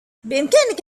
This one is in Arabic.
بإمكانك